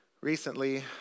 Recently